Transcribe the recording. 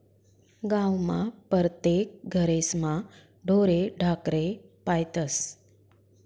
गावमा परतेक घरेस्मा ढोरे ढाकरे पायतस